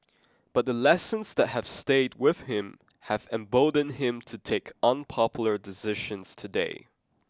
but the lessons that have stayed with him have emboldened him to take unpopular decisions today